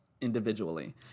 individually